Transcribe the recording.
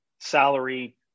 salary